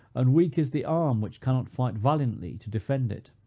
and weak is the arm which cannot fight valiantly to defend it.